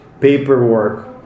paperwork